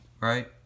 right